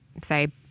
say